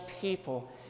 people